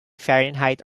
fahrenheit